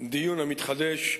הדיון המתחדש,